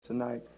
tonight